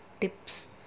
tips